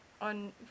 on